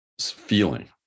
feeling